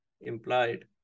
implied